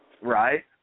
Right